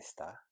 está